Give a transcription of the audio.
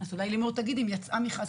אז אולי לימור תגיד אם יצא מכרז,